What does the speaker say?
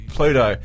Pluto